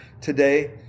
today